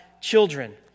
children